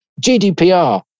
GDPR